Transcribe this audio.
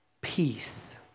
peace